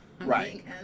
right